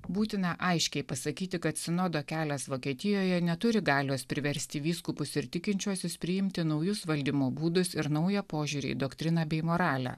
būtina aiškiai pasakyti kad sinodo kelias vokietijoje neturi galios priversti vyskupus ir tikinčiuosius priimti naujus valdymo būdus ir naują požiūrį į doktriną bei moralę